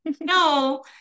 No